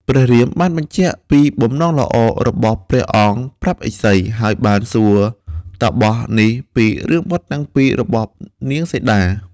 ព្រះរាមបានបញ្ជាក់ពីបំណងល្អរបស់ព្រះអង្គប្រាប់ឥសី ហើយបានសួរតាបសនេះពីរឿងបុត្រទាំងពីររបស់ នាងសីតា។